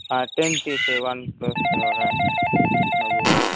ହଁ ଟେନ୍ଟି ସେ ୱାନ୍ପ୍ଲସ୍ ନେବୁ